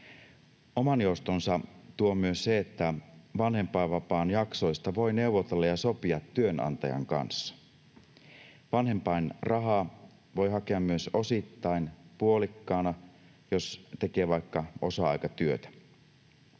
Oman joustonsa tuo myös se, että vanhempainvapaan jaksoista voi neuvotella ja sopia työnantajan kanssa. Vanhempainrahaa voi hakea myös osittain, puolikkaana, jos tekee vaikka osa-aikatyötä.